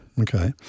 okay